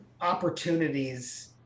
opportunities